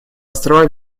острова